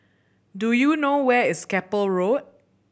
do you know where is Keppel Road